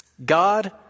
God